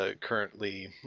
currently